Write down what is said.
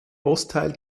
ostteil